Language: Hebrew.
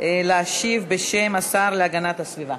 להשיב בשם השר להגנת הסביבה.